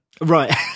right